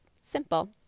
simple